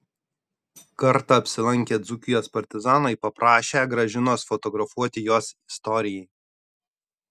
kartą apsilankę dzūkijos partizanai paprašę gražinos fotografuoti juos istorijai